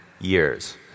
years